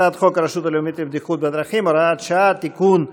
הצעת חוק הרשות הלאומית לבטיחות בדרכים (הוראת שעה) (תיקון),